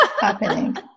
happening